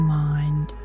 mind